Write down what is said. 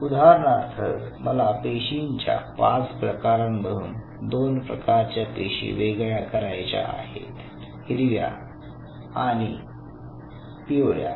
उदाहरणार्थ मला पेशींच्या पाच प्रकारांमधून दोन प्रकारच्या पेशी वेगळ्या करायचा आहेत हिरव्या आणि पिवळ्या